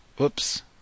oops